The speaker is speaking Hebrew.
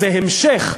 זה המשך,